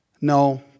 No